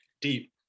deep